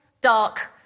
dark